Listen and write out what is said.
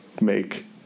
make